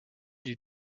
lui